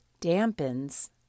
dampens